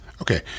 Okay